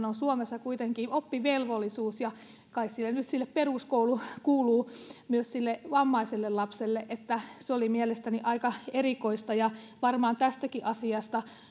on suomessa kuitenkin oppivelvollisuus ja kai nyt peruskoulu kuuluu myös sille vammaiselle lapselle niin että se oli mielestäni aika erikoista tästäkin asiasta